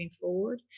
forward